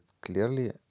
clearly